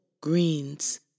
Greens